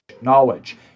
knowledge